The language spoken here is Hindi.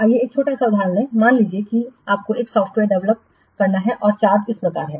आइए एक छोटा सा उदाहरण लें मान लीजिए कि आपको एक सॉफ्टवेयर डेवलप करना है और चार्ज इस प्रकार है